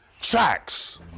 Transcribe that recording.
tracks